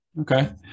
Okay